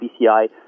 PCI